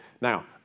Now